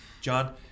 John